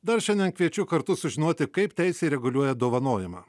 dar šiandien kviečiu kartu sužinoti kaip teisė reguliuoja dovanojimą